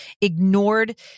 ignored